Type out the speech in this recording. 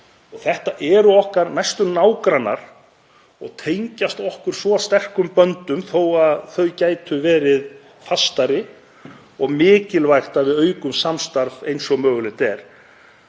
Þetta eru okkar næstu nágrannar og tengjast okkur sterkum böndum þó að þau gætu verið fastari og það er mikilvægt að við aukum samstarf eins og mögulegt er.